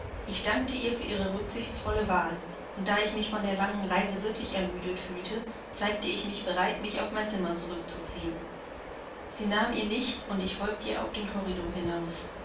ich dankte ihr für ihre rücksichtsvolle wahl und da ich mich von der langen reise wirklich ermüdet fühlte zeigte ich mich bereit mich auf mein zimmer zurückzuziehen sie nahm ihr licht und ich folgte ihr auf den korridor hinaus